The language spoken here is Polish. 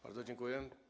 Bardzo dziękuję.